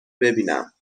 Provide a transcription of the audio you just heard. ببینم